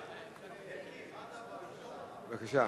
בבקשה.